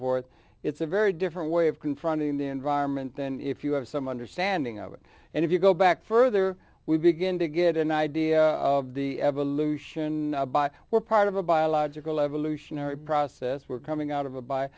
forth it's a very different way of confronting the environment than if you have some understanding of it and if you go back further we begin to get an idea of the evolution we're part of a biological evolutionary process we're coming out of a by